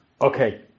Okay